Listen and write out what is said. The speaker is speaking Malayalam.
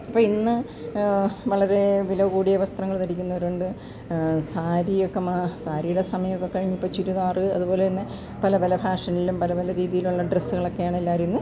പ്പൊയിന്ന് വളരേ വിലകൂടിയ വസ്ത്രങ്ങള് ധരിക്കുന്നവരുണ്ട് സാരിയൊക്കെ സാരിയുടെ സമയമൊക്കെ കഴിഞ്ഞപ്പോൾ ചുരിദാറ് അത്പോലെ തന്നെ പല പല ഫാഷനിലും പല പല രീതിയിൽ ഉള്ള ഡ്രസ്സ്കളൊക്കെയാണെല്ലാവരും ഇന്ന്